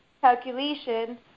calculation